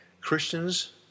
Christians